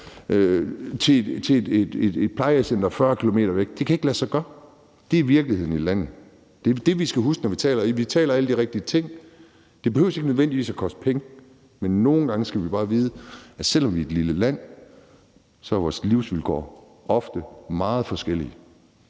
til et plejecenter 40 km væk. For det kan ikke lade sig gøre. Det er virkeligheden på landet, og det er det, vi skal huske, når vi taler om alle de rigtige ting. Det behøver ikke nødvendigvis at koste penge, men vi skal nogle gange bare vide, at vores livsvilkår, selv om vi er et lille land, ofte er meget forskellige.